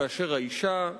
כאשר האשה,